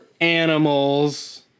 animals